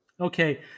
Okay